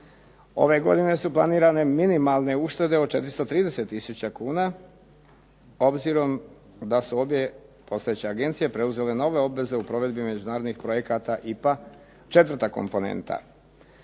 Ove godine su planirane minimalne uštede od 430 tisuća kuna, obzirom da su obje postojeće agencije preuzele nove obveze u provedbi međunarodnih projekata IPA četvrta komponenta.